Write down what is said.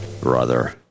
Brother